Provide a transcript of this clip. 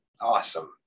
Awesome